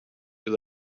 with